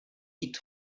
jít